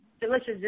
delicious